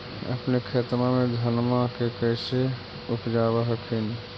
अपने खेतबा मे धन्मा के कैसे उपजाब हखिन?